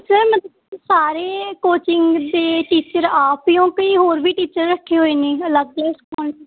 sir ਮਤਲਬ ਕਿ ਸਾਰੇ ਕੋਚਿੰਗ ਦੇ ਟੀਚਰ ਆਪ ਹੀ ਹੋ ਕਿ ਹੋਰ ਵੀ ਟੀਚਰ ਰੱਖੇ ਹੋਏ ਨੇ ਅਲੱਗ